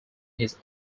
his